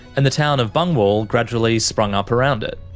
and the town of bungwahl gradually sprung up around it.